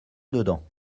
dedans